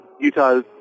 Utah